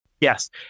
Yes